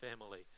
family